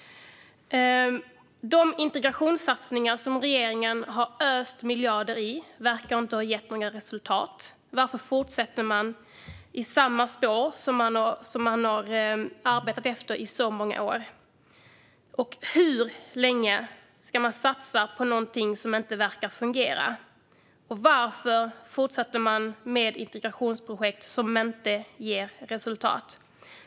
De integrationssatsningar som regeringen har öst miljarder över verkar inte ha gett några resultat. Varför fortsätter man i samma spår som man har arbetat efter i många år? Hur länge ska man satsa på något som inte verkar fungera? Och varför fortsätter man med integrationsprojekt som inte ger resultat?